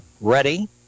ready